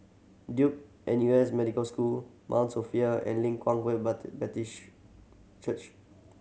Duke N U S Medical School Mount Sophia and Leng Kwang Baptist Church